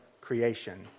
creation